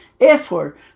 effort